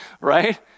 right